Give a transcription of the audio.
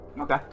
Okay